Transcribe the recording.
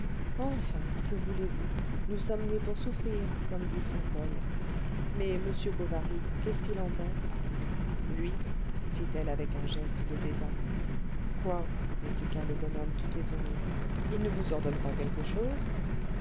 enfin que voulez-vous nous sommes nés pour souffrir comme dit saint paul mais m bovary qu'est-ce qu'il en pense lui fit-elle avec un geste de dédain quoi répliqua le bonhomme tout étonné il ne vous ordonne pas quelque chose